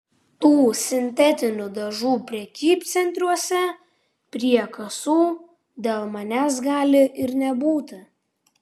tų sintetinių dažų prekybcentriuose prie kasų dėl manęs gali ir nebūti